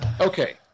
Okay